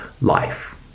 life